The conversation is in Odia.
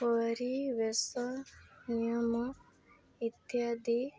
ପରିବେଶ ନିୟମ ଇତ୍ୟାଦି